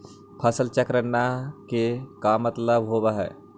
फसल चक्र न के का मतलब होब है?